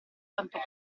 tanto